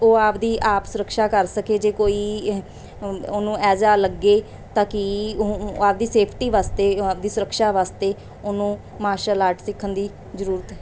ਉਹ ਆਪਦੀ ਆਪ ਸੁਰੱਖਿਆ ਕਰ ਸਕੇ ਜੇ ਕੋਈ ਉ ਉਹਨੂੰ ਐਜ਼ਾ ਲੱਗੇ ਤਾਂ ਕਿ ਆਪਦੀ ਸੇਫਟੀ ਵਾਸਤੇ ਉਹ ਆਪਦੀ ਸੁਰੱਖਿਆ ਵਾਸਤੇ ਉਹਨੂੰ ਮਾਰਸ਼ਲ ਆਰਟ ਸਿੱਖਣ ਦੀ ਜ਼ਰੂਰਤ ਹੈ